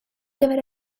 gyfer